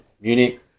Munich